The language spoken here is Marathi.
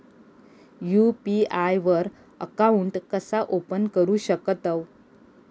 यू.पी.आय वर अकाउंट कसा ओपन करू शकतव?